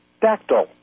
Dactyl